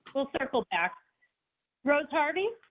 we'll circle back rose hardy.